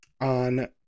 On